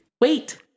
wait